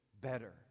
better